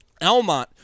Elmont